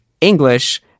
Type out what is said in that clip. English